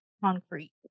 Concrete